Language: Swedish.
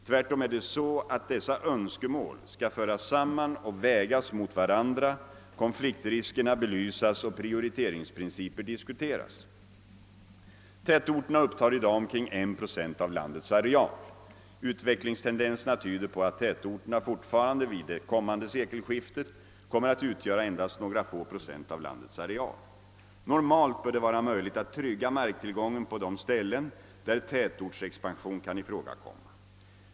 Tvärtom är det så, att dessa önskemål skall föras samman och vägas mot varandra, konfliktriskerna belysas och prioriteringsprinciper diskuteras. Tätorterna upptar i dag omkring en procent av landets areal. Utvecklingstendenserna tyder på att tätorterna fortfarande vid det kommande sekelskiftet kommer att utgöra endast några få procent av landets areal. Normalt bör det vara möjligt att trygga marktillgången på de ställen, där tätortsexpansion kan ifrågakomma.